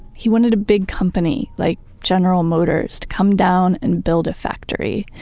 he wanted a big company like general motors to come down and build a factory.